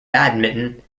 badminton